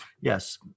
yes